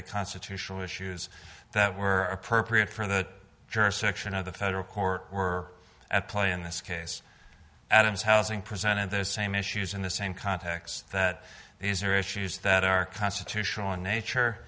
the constitutional issues that were appropriate for the jurisdiction of the federal court were at play in this case adams housing presented those same issues in the same context that these are issues that are constitutional in nature